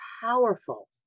powerful